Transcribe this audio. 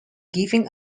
giving